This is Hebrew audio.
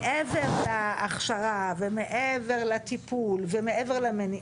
מעבר להכשרה ומעבר לטיפול ומעבר למניעה,